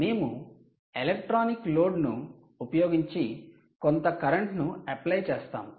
మేము ఎలక్ట్రానిక్ లోడ్ను ఉపయోగించి కొంత కరెంటు ను అప్లై చేస్తాము